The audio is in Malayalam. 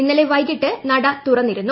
ഇന്നലെ വൈകിട്ട് നട തുറന്നിരുന്നു